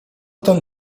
ten